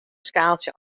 skaaltsje